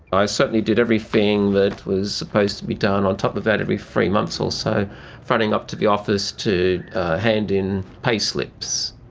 i certainly did everything that was supposed to be done. on top of all that, every three months or so fronting up to the office to hand in payslips,